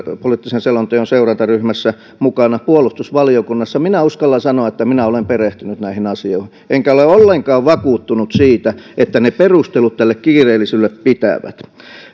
selonteon seurantaryhmässä mukana puolustusvaliokunnassa minä uskallan sanoa että minä olen perehtynyt näihin asioihin enkä ole ollenkaan vakuuttunut siitä että ne perustelut tälle kiireellisyydelle pitävät